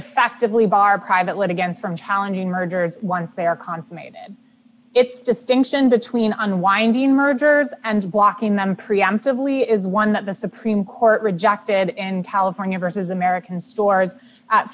effectively bar private lead again from challenging mergers once they are consummated if distinction between unwinding mergers and blocking them preemptively is one that the supreme court rejected in california vs american stored at